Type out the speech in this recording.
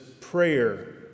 prayer